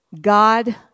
God